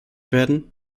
werden